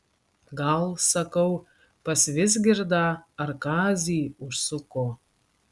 gal sakau pas vizgirdą ar kazį užsuko